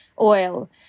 oil